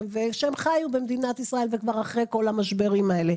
כשהם חיו במדינת ישראל ואחרי כל המשברים האלה.